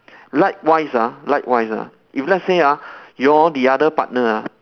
likewise ah likewise ah if let's say ah your the other partner ah